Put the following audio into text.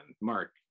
Mark